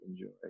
enjoy